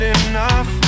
enough